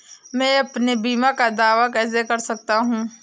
मैं अपने बीमा का दावा कैसे कर सकता हूँ?